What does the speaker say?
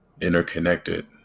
interconnected